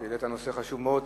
והעלית נושא חשוב מאוד,